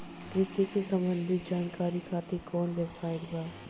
कृषि से संबंधित जानकारी खातिर कवन वेबसाइट बा?